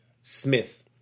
Smith